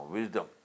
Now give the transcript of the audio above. Wisdom